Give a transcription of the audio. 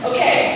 Okay